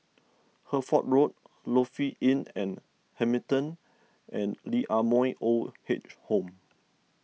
Hertford Road Lofi Inn and Hamilton and Lee Ah Mooi Old Age Home